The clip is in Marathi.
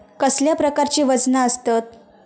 कसल्या प्रकारची वजना आसतत?